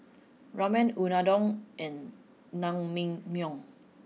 Ramen Unadon and Naengmyeon